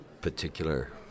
particular